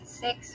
six